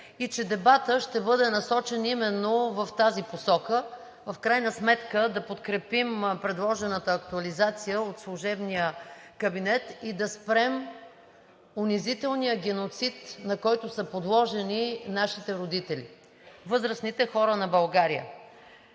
и дебатът ще бъде насочен именно в тази посока – в крайна сметка да подкрепим предложената актуализация от служебния кабинет и да спрем унизителния геноцид, на който са подложени нашите родители, възрастните хора на България.